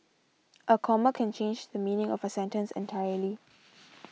a comma can change the meaning of a sentence entirely